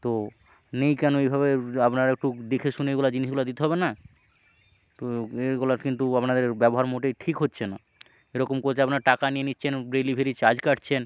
তো নেই কেন এইভাবে আপনারা একটু দেখে শুনে এগুলো জিনিসগুলো দিতে হবে না তো এগুলো কিন্তু আপনাদের ব্যবহার মোটেই ঠিক হচ্ছে না এরকম করে যদি আপনারা টাকা নিয়ে নিচ্ছেন ডেলিভারি চার্জ কাটছেন